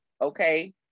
okay